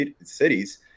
cities